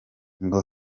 ngo